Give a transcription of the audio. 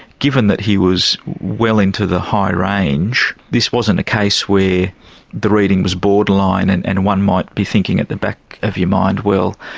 given that he was well into the high range, this wasn't a case where the reading was borderline and and one might be thinking at the back of your mind, well,